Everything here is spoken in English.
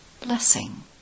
Blessing